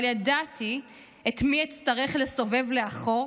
אבל ידעתי את מי אצטרך לסובב לאחור,